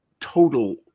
total